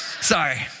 Sorry